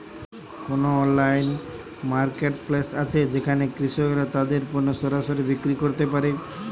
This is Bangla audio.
কোন অনলাইন মার্কেটপ্লেস আছে যেখানে কৃষকরা তাদের পণ্য সরাসরি বিক্রি করতে পারে?